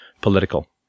political